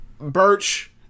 Birch